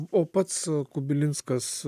o pats kubilinskas